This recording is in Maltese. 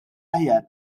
aħjar